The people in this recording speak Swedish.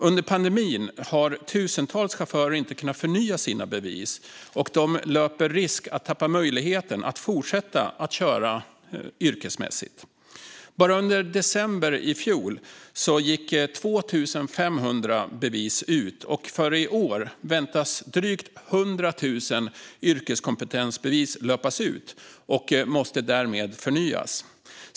Under pandemin har tusentals chaufförer inte kunnat förnya sina bevis, och de löper risk att tappa möjligheten att fortsätta att köra yrkesmässigt. Bara under december i fjol gick 2 500 bevis ut, och i år väntas drygt 100 000 yrkeskompetensbevis löpa ut, vilka därmed måste förnyas.